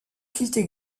quittent